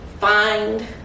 find